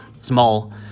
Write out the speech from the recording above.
small